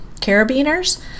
carabiners